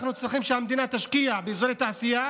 אנחנו צריכים שהמדינה תשקיע באזורי תעשייה